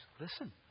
listen